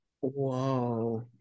whoa